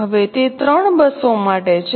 હવે તે 3 બસો માટે છે